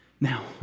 Now